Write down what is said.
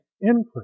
increase